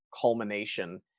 culmination